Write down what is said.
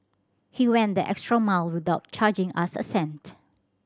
he went the extra mile without charging us a cent